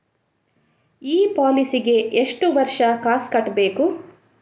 ಈ ಪಾಲಿಸಿಗೆ ಎಷ್ಟು ವರ್ಷ ಕಾಸ್ ಕಟ್ಟಬೇಕು?